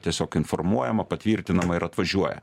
tiesiog informuojama patvirtinama ir atvažiuoja